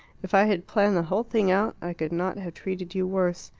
if i had planned the whole thing out, i could not have treated you worse.